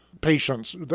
patients